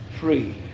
free